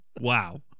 Wow